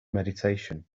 meditation